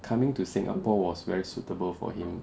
coming to singapore was very suitable for him